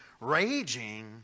raging